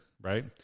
right